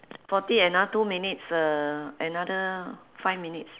forty another two minutes uh another five minutes